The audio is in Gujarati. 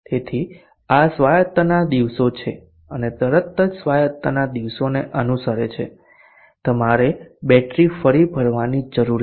તેથી આ સ્વાયત્તતાના દિવસો છે અને તરત જ સ્વાયત્તતાના દિવસોને અનુસરે છે તમારે બેટરી ફરી ભરવાની જરૂર છે